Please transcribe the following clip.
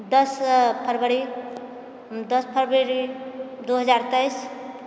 दश फरवरी दश फरवरी दू हजार तेइस